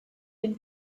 been